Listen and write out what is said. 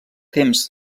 temps